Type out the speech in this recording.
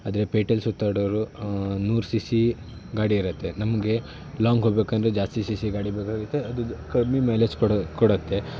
ಅದೇ ಪೇಟೇಲಿ ಸುತ್ತಾಡೋರು ನೂರು ಸಿ ಸಿ ಗಾಡಿ ಇರುತ್ತೆ ನಮಗೆ ಲಾಂಗ್ ಹೋಗ್ಬೇಕಂದ್ರೆ ಜಾಸ್ತಿ ಸಿ ಸಿ ಗಾಡಿ ಬೇಕಾಗುತ್ತೆ ಅದು ಕಮ್ಮಿ ಮೈಲೇಜ್ ಕೊಡು ಕೊಡುತ್ತೆ